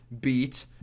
beat